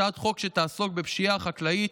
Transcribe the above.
יש הצעת חוק שתעסוק בפשיעה החקלאית,